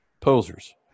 posers